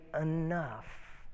enough